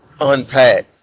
unpack